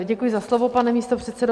Děkuji za slovo, pane místopředsedo.